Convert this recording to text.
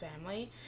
family